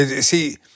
see